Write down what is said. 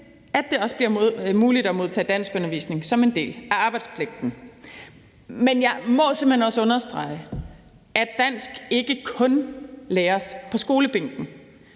at det også bliver muligt at modtage danskundervisning som en del af arbejdspligten. Men jeg må simpelt hen også understrege, at dansk ikke kun læres på skolebænken.